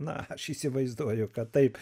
na aš įsivaizduoju kad taip